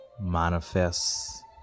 manifest